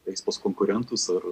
eis pas konkurentus ar